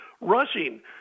rushing